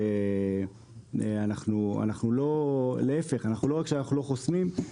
לא רק שאנחנו לא חוסמים,